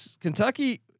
Kentucky